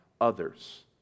others